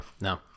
no